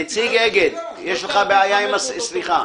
אמנון לבנה, קצין